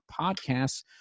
Podcasts